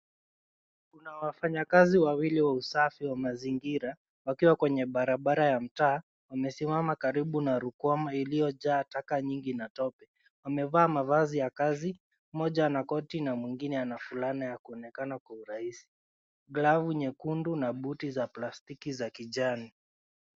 Kuna wafanyakazi wawili wa usafi wa mazingira wakiwa kwenye barabara ya mtaa wamesimama karibu na rukwama iliyojaa taka nyingi na tope, wamevaa mavazi ya kazi, moja ana koti na mwingine ana fulana ya kuonekana kwa urahisi, glovu nyekundu na buti za plastiki za kijani.